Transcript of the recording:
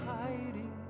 hiding